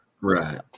right